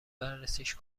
بررسیش